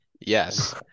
Yes